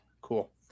Cool